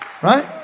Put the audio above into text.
Right